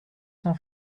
son